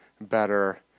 better